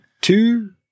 two